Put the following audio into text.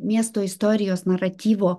miesto istorijos naratyvo